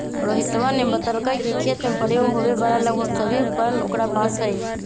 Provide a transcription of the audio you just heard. रोहितवा ने बतल कई कि खेत में प्रयोग होवे वाला लगभग सभी उपकरण ओकरा पास हई